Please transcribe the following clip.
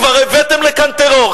כבר הבאתם לכאן טרור,